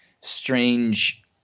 strange